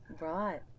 Right